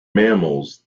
mammals